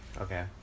okay